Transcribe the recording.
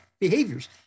behaviors